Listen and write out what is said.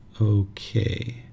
Okay